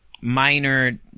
minor